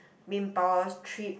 main power's tripped